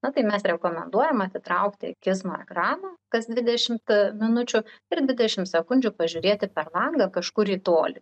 na tai mes rekomenduojam atitraukti akis nuo ekrano kas dvidešimt a minučių ir dvidešim sekundžių pažiūrėti per langą kažkur į tolį